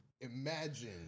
imagine